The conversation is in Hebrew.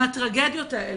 מהטרגדיות האלה,